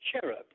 cherub